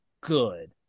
good